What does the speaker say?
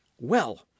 Well